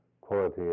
quality